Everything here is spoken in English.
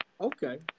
okay